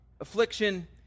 affliction